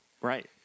Right